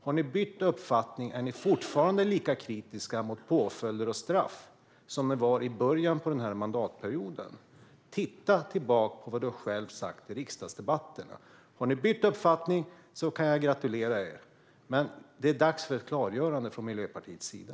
Har ni bytt uppfattning, eller är ni fortfarande lika kritiska mot påföljder och straff som ni var i början av den här mandatperioden? Titta tillbaka på vad du själv har sagt i riksdagsdebatterna! Har ni bytt uppfattning kan jag gratulera er, men det är dags för ett klargörande från Miljöpartiets sida.